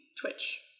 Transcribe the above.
Twitch